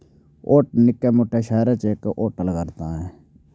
hotel इक निक्के मुट्टे शैह्रै च इक होटल करदा ऐ